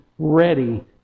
ready